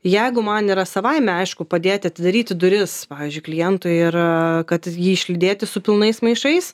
jeigu man yra savaime aišku padėti atidaryti duris pavyzdžiui klientui ir kad jį išlydėti su pilnais maišais